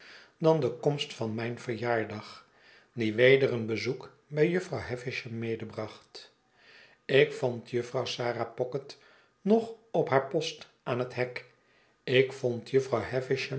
dan de komst van mijn verjaardag die weder een bezoek bij jufvrouw havisham medebracht ik vond jufvrouw sarah pocket nog op haar post aan het hek ik vond jufvrouw